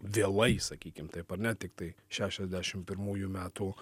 vėlai sakykim taip ar ne tiktai šešiasdešimt pirmųjų metų